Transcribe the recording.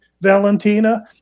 Valentina